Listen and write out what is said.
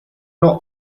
not